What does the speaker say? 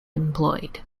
employed